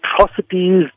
atrocities